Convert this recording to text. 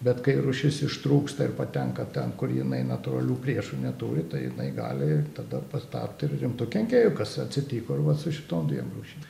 bet kai rūšis ištrūksta ir patenka ten kur jinai natūralių priešų neturi tai jinai gali tada patapt ir rimtu kenkėju kas atsitiko ir va su šitom dviem rūšim